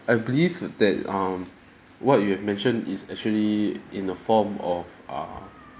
I believe that um what you have mentioned is actually in a form of err